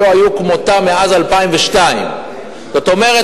שלא היו כמותם מאז 2002. זאת אומרת,